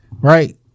right